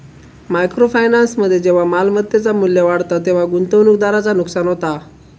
micro फायनान्समध्ये जेव्हा मालमत्तेचा मू्ल्य वाढता तेव्हा गुंतवणूकदाराचा नुकसान होता